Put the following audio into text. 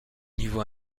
niveau